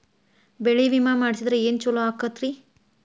ಬೆಳಿ ವಿಮೆ ಮಾಡಿಸಿದ್ರ ಏನ್ ಛಲೋ ಆಕತ್ರಿ?